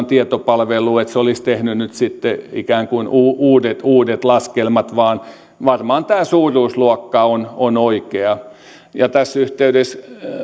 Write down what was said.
tietopalvelua että se olisi tehnyt nyt sitten ikään kuin uudet uudet laskelmat vaan varmaan tämä suuruusluokka on on oikea tässä yhteydessä